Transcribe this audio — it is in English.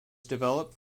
developed